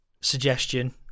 suggestion